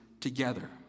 together